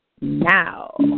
Now